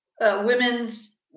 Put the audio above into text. women's